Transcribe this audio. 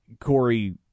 Corey